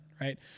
right